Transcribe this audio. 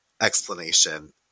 explanation